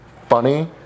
funny